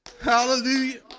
Hallelujah